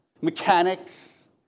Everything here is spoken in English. mechanics